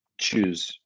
choose